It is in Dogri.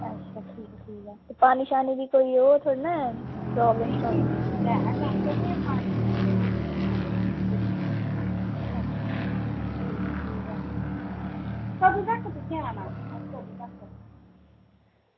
अच्छा ठीक ऐ ठीक ऐ पानी दी कोई ओह् थोह्ड़े ना प्रॉब्लम अच्छा अच्छा ठीक ठीक ऐ कदूं तगर तुसें आना ऐ